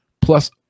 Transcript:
Plus